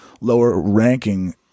lower-ranking